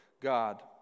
God